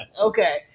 Okay